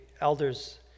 elders